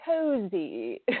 Cozy